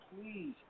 please